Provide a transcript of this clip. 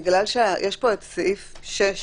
בגלל שיש פה את סעיף 6,